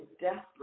desperate